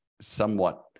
somewhat